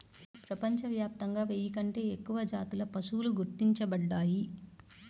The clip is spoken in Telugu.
ప్రపంచవ్యాప్తంగా వెయ్యి కంటే ఎక్కువ జాతుల పశువులు గుర్తించబడ్డాయి